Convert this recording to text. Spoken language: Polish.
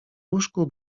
łóżku